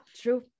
true